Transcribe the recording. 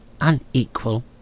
unequal